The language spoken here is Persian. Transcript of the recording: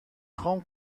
خوام